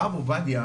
הרב עובדיה,